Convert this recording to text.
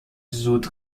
زود